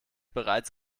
bereits